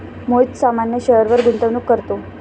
मोहित सामान्य शेअरवर गुंतवणूक करतो